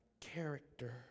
character